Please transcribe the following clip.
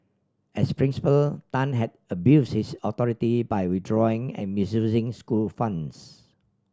as principal Tan had abuse his authority by withdrawing and misusing school funds